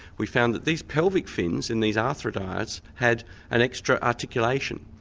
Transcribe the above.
we found that these pelvic fins in these athrodires had an extra articulation,